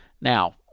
Now